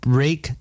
Break